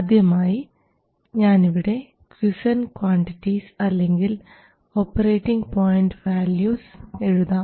ആദ്യമായി ഞാൻ ഇവിടെ ക്വിസൻറ് ക്വാണ്ടിറ്റിസ് അല്ലെങ്കിൽ ഓപ്പറേറ്റിംഗ് പോയൻറ് വാല്യൂസ് എഴുതാം